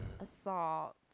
assault